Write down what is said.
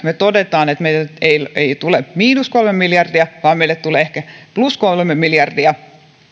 toteamme että ei ei tule miinus kolme miljardia vaan meille tulee ehkä plus kolme miljardia niin